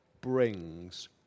brings